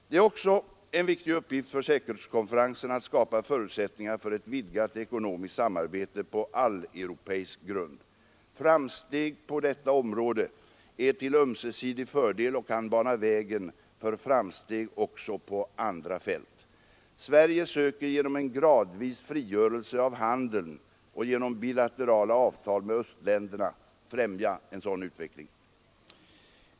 Det är också en viktig uppgift för säkerhetskonferensen att skapa förutsättningar för ett vidgat ekonomiskt samarbete på alleuropeisk grund. Framsteg på detta område är till ömsesidig fördel och kan bana vägen för framsteg också på andra fält. Sverige söker genom en gradvis frigörelse av handeln och genom bilaterala avtal med östländerna främja en sådan utveckling.